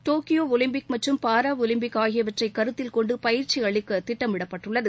Tokyo Olympic மற்றும் para Olympic ஆகியவற்றை கருத்தில் கொண்டு பயிற்சி அளிக்க திட்டமிடப்பட்டுள்ளது